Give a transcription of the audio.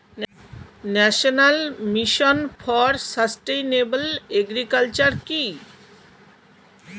National mission for sustainable agriculture কি?